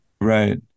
Right